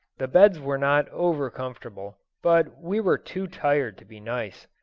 the beds were not over comfortable, but we were too tired to be nice.